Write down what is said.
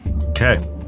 Okay